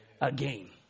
again